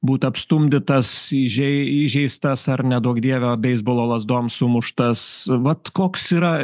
būt apstumdytas įžei įžeistas ar neduok dieve beisbolo lazdom sumuštas vat koks yra